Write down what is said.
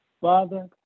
Father